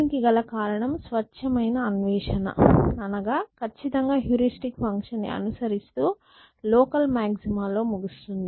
దీనికి గల కారణం స్వచ్ఛమైన అన్వేషణ అనగా ఖచ్చితంగా హ్యూరిస్టిక్ ఫంక్షన్ ని అనుసరిస్తూ లోకల్ మాక్సిమా లో ముగుస్తుంది